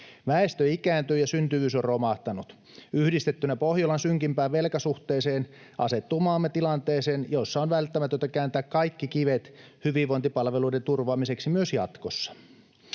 Väestö ikääntyy ja syntyvyys on romahtanut. Yhdistettynä Pohjolan synkimpään velkasuhteeseen asettuu maamme tilanteeseen, jossa on välttämätöntä kääntää kaikki kivet hyvinvointipalveluiden turvaamiseksi myös jatkossa.